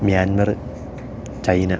Myanmar China